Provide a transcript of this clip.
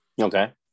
Okay